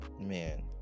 Man